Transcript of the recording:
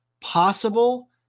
possible